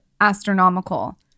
astronomical